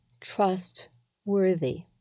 trustworthy